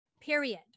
period